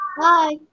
Bye